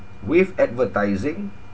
with advertising